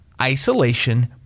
isolation